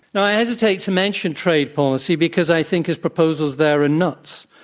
i hesitate to mention trade policy because i think his proposals there are nuts.